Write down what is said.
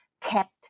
kept